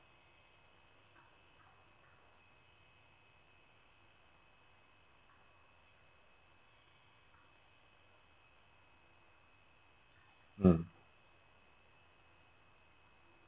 mm